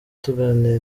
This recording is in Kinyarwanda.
tuganira